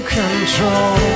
control